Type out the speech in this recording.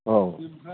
औ